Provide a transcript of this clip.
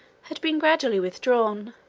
had been gradually withdrawn